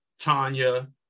Tanya